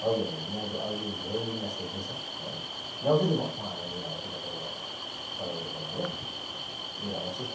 हजुर यहाँदेखि अरूले धेरै यहाँ सोध्दैछ है ल्याउँछु नि म उहाँहरूलाई लिएर आउँछु तपाईँको घरमा तपाईँको दोकानमा ल लिएर आउँछु